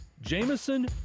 Jameson